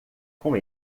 com